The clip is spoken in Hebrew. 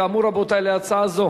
כאמור, רבותי, להצעה זו